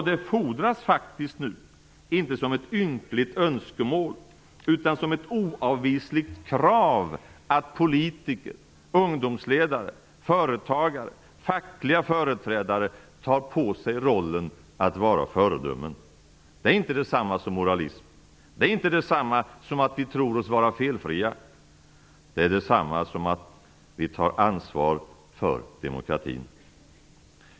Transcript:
Det fordras faktiskt nu, inte som ett ynkligt önskemål utan som ett oavvisligt krav, att politiker, ungdomsledare, företagare, fackliga företrädare tar på sig rollen att vara föredömen. Det är inte detsamma som moralism. Det är inte detsamma som att vi tror oss vara felfria. Det är detsamma som att vi tar ansvar för demokratin.